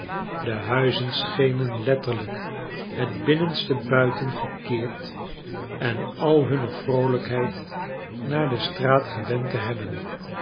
de huizen schenen letterlijk het binnenste buiten gekeerd en al hunne vroolijkheid naar de straat gewend te hebben